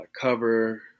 cover